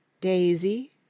Daisy